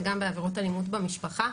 וגם בעבירות אלימות במשפחה.